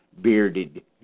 bearded